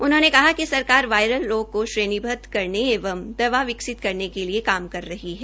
उन्होंने कहा कि सरकार वायरल रोग के श्रेणीबदव करने एवं दवा विकसित करने के लिए काम कर रही है